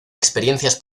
experiencias